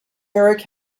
erik